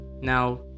Now